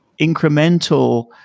incremental